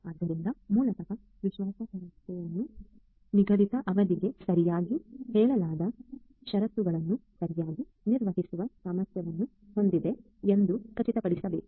ಆದ್ದರಿಂದ ಮೂಲತಃ ವಿಶ್ವಾಸಾರ್ಹತೆಯು ನಿಗದಿತ ಅವಧಿಗೆ ಸರಿಯಾಗಿ ಹೇಳಲಾದ ಷರತ್ತುಗಳನ್ನು ಸರಿಯಾಗಿ ನಿರ್ವಹಿಸುವ ಸಾಮರ್ಥ್ಯವನ್ನು ಹೊಂದಿದೆ ಎಂದು ಖಚಿತಪಡಿಸುತ್ತದೆ